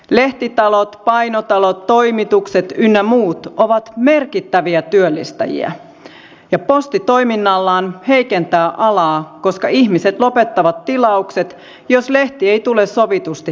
lehtitalot painotalot toimitukset ynnä muut ovat merkittäviä työllistäjiä ja posti toiminnallaan heikentää alaa koska ihmiset lopettavat tilaukset jos lehti ei tule sovitusti perille